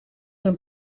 een